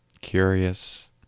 curious